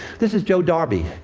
this is joe darby.